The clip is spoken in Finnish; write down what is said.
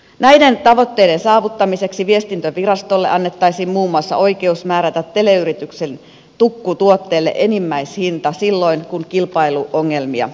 näiden tavoitteiden saavuttamiseksi viestintävirastolle annettaisiin muun muassa oikeus määrätä teleyrityksen tukkutuotteelle enimmäishinta silloin kun kilpailuongelmia esiintyy